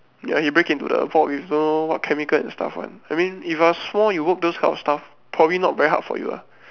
ya he break into the vault with don't know what chemical and stuff [one] I mean if you are small you work those kind of stuff probably not very hard for you lah